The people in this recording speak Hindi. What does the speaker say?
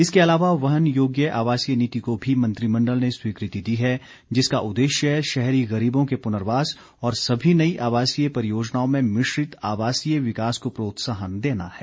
इसके अलावा वहन योग्य आवासीय नीति को भी मंत्रिमंडल ने स्वीकृति दी है जिसका उद्देश्य शहरी गरीबों के पुनर्वास और सभी नई आवासीय परियोजनाओं में मिश्रित आवासीय विकास को प्रोत्साहन देना है